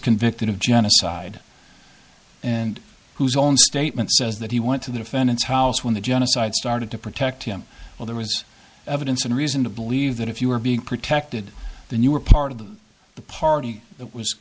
convicted of genocide and whose own statement says that he went to the defendant's house when the genocide started to protect him well there was evidence and reason to believe that if you were being protected then you were part of the party that was